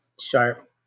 sharp